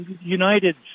united